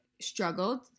struggled